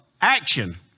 action